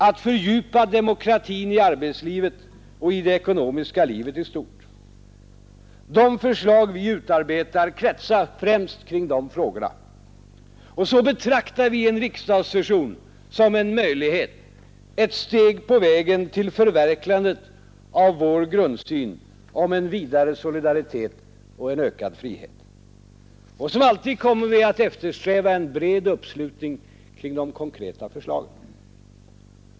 Att fördjupa demokratin i arbetslivet och i det ekonomiska livet i stort. De förslag vi utarbetar kretsar främst kring dessa frågor. Så betraktar vi en riksdagssession som en möjlighet, ett steg på vägen till förverkligandet av vår grundsyn om en vidare solidaritet och en ökad frihet. Som alltid kommer vi att eftersträva en bred uppslutning kring de konkreta förslagen.